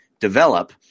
Develop